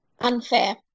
Unfair